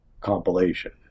compilation